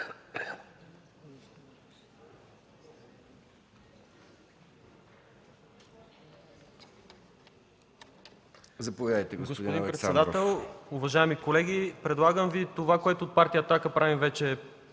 Заповядайте, господин Александров.